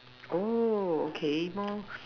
oh okay more